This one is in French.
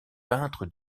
peintre